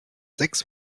sechs